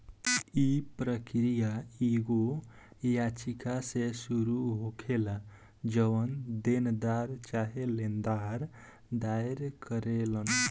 इ प्रक्रिया एगो याचिका से शुरू होखेला जवन देनदार चाहे लेनदार दायर करेलन